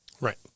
Right